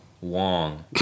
Wong